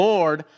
Lord